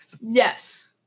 Yes